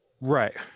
Right